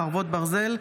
חרבות ברזל)